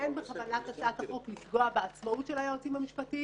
שאין בכוונת הצעת החוק לפגוע בעצמאות היועצים המשפטיים,